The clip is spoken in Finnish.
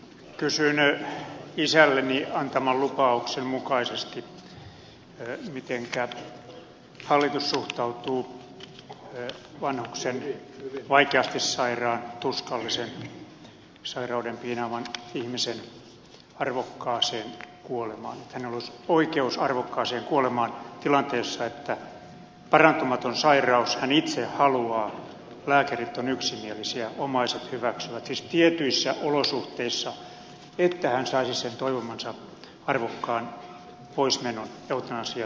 kysyn isälleni antamani lupauksen mukaisesti mitenkä hallitus suhtautuu vanhuksen vaikeasti sairaan tuskallisen sairauden piinaaman ihmisen arvokkaaseen kuolemaan siihen että hänellä olisi oikeus arvokkaaseen kuolemaan tilanteessa että on parantumaton sairaus ja hän itse haluaa ja lääkärit ovat yksimielisiä omaiset hyväksyvät siis tietyissä olosuhteissa että hän saisi sen toivomansa arvokkaan poismenon eutanasian kautta